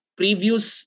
previous